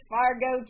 Fargo